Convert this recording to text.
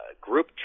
group